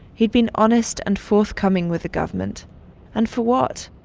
he'd been honest and forthcoming with the government and for what?